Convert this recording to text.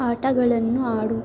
ಆಟಗಳನ್ನು ಆಡು